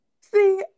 See